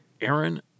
Aaron